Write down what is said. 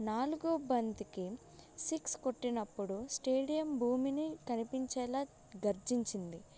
నాలుగవ బంతికి సిక్స్ కొట్టినప్పుడు స్టేడియం భూమి కంపించేలా గర్జించింది